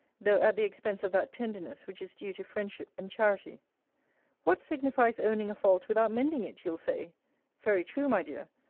though at the expense of that tenderness which is due to friendship and charity what signifies owning a fault without mending it, you'll say very true, my dear.